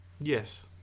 Yes